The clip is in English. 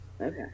Okay